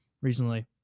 recently